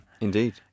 Indeed